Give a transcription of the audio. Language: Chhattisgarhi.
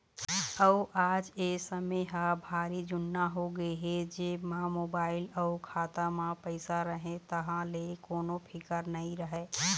अउ आज ए समे ह भारी जुन्ना होगे हे जेब म मोबाईल अउ खाता म पइसा रहें तहाँ ले कोनो फिकर नइ रहय